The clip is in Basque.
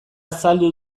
azaldu